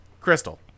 Crystal